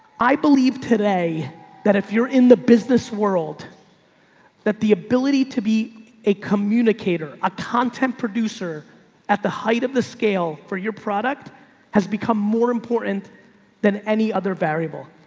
i believe today that if you're in the business world that the ability to be a communicator, a content producer at the height of the scale for your product has become more important than any other variable.